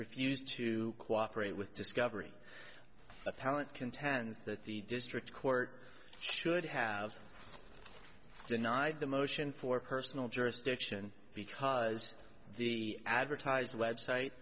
refused to cooperate with discovery appellant contends that the district court should have denied the motion poor personal jurisdiction because the advertised website